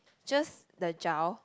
just the gel